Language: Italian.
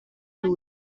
lui